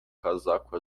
casaco